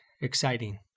exciting